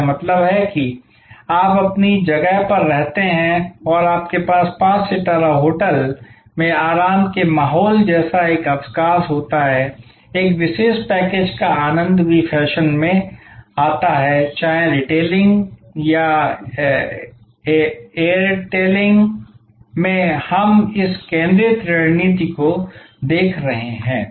इसका मतलब है कि आप अपनी जगह पर रहते हैं और आपके पास पाँच सितारा होटल में आराम के माहौल जैसा एक अवकाश होता है एक विशेष पैकेज का आनंद भी फैशन में आता है चाहे रिटेलिंग या एटेलेटिंग में हम इस केंद्रित रणनीति को देख रहे हैं